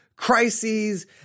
crises